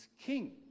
King